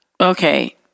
Okay